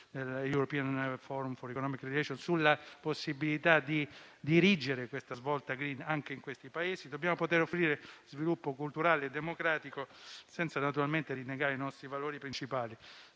dell'European forum sulla possibilità di dirigere la svolta *green* anche in questi Paesi. Dobbiamo poter offrire sviluppo culturale e democratico, senza naturalmente rinnegare i nostri valori principali.